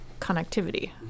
connectivity